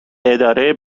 اداره